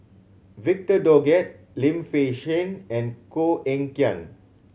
Victor Doggett Lim Fei Shen and Koh Eng Kian